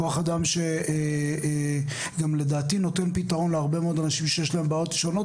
כוח אדם שגם לדעתי נותן פתרון להרבה מאוד אנשים שיש להם בעיות שונות